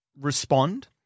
respond